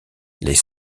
les